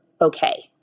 okay